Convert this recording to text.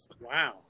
Wow